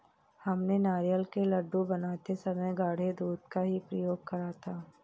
हमने नारियल के लड्डू बनाते समय गाढ़े दूध का ही प्रयोग करा था